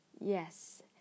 Yes